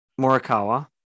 Morikawa